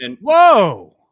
whoa